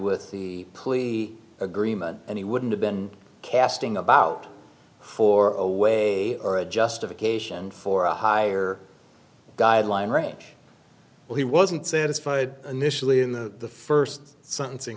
with the plea agreement and he wouldn't have been casting about for a way or a justification for a higher guideline range he wasn't satisfied initially in the first sentencing